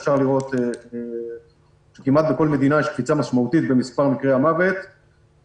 אפשר לראות שכמעט בכל מדינה יש קפיצה משמעותית במספר מקרי המוות למעט